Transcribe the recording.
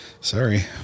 sorry